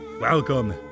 Welcome